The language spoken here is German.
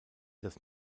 das